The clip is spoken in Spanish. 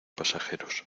pasajeros